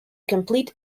complete